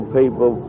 people